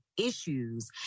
issues